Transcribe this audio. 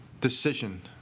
decision